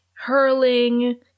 hurling